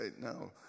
no